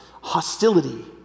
hostility